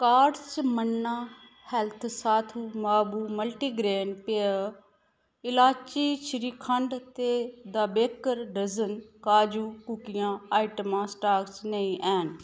cart चा मन्ना health साथू मावु मल्टीग्रेन पेय इलाची श्रीखंड ते द बेकर डज़न काजू कुकियां आइटमां स्टाक च नेईं हैन